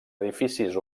edificis